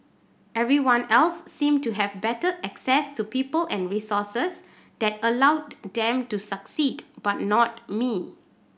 everyone else seemed to have better access to people and resources that allowed them to succeed but not me